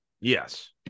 Yes